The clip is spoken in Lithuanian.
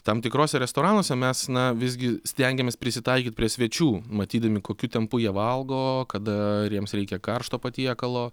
tam tikrose restoranuose mes na visgi stengiamės prisitaikyt prie svečių matydami kokiu tempu jie valgo kada ar jiems reikia karšto patiekalo